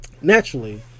Naturally